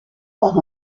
par